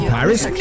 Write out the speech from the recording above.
Paris